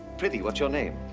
prithee, what's your name?